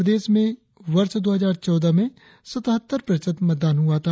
प्रदेश में वर्ष दो हजार चौदह में सतहत्तर प्रतिशत मतदान हुआ था